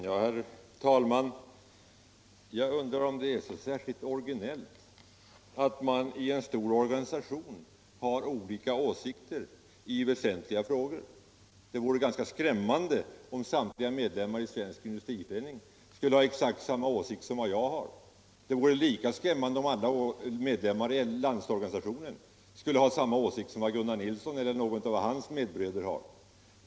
Herr talman! Jag undrar om det är så särskilt originellt att man i en stor organisation har olika åsikter i väsentliga frågor. Det vore ganska skrämmande om samtliga medlemmar i Svensk Industriförening skulle ha exakt samma åsikt som jag. Det vore lika skrämmande om alla medlemmar i Landsorganisationen skulle ha samma åsikt som Gunnar Nilsson eller någon av hans medbröder om t.ex. gårdagens Siforapport.